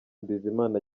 bizimana